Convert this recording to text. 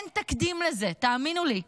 אין תקדים לזה, תאמינו לי.